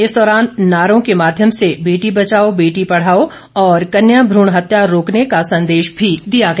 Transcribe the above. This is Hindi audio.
इस दौरान नारों के माध्यम से बेटी बचाओ बेटी पढ़ाओ और कन्या भ्रूण हत्या रोकने का संदेश भी दिया गया